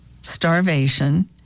starvation